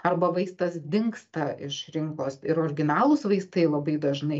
arba vaistas dingsta iš rinkos ir originalūs vaistai labai dažnai